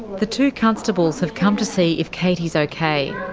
the two constables have come to see if katy's okay.